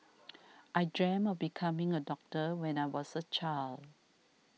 I dreamt of becoming a doctor when I was a child